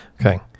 Okay